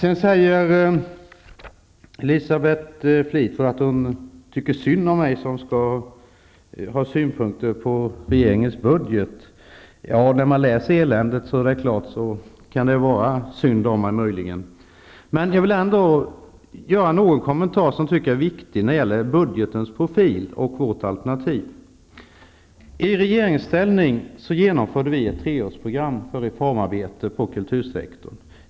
Elisabeth Fleetwood säger att hon tycker synd om mig som skall ha synpunkter på regeringens budget. När man läser eländet kan man möjligen tycka synd om mig. Jag vill ändå göra någon kommentar som är viktig när det gäller budgetens profil och vårt alternativ. I regeringsställning genomförde vi ett 3-årsprogram för reformarbete på kultursektorn.